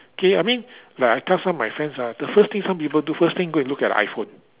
K I mean like I tell some of my friends ah the first thing some people do first thing go and look at the iPhone